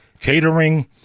catering